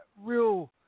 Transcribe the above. real